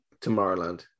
Tomorrowland